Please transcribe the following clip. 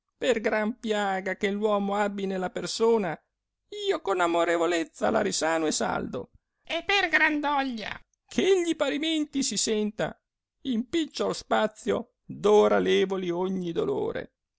per gran piaga che l'uomo abbi nella persona io con amorevolezza la risano e saldo e per gran doglia eh egli parimenti si senta in picciol spazio d ora levoli ogni dolore